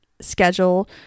schedule